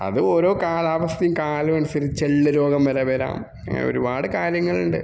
അത് ഓരോ കാലാവസ്ഥയും കാലം അനുസരിച്ചുള്ള രോഗം വരെ വരാം അങ്ങ് ഒരുപാട് കാര്യങ്ങളുണ്ട്